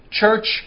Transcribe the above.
church